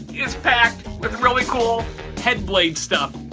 it's packed with really cool headblade stuff.